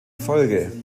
folge